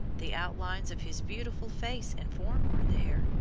the outlines of his beautiful face and form are there,